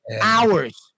hours